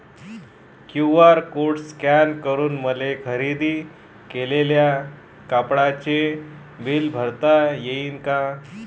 QR code scan करून मले खरेदी केलेल्या कापडाचे बिल भरता यीन का?